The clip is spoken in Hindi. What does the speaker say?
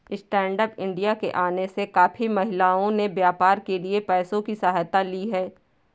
स्टैन्डअप इंडिया के आने से काफी महिलाओं ने व्यापार के लिए पैसों की सहायता ली है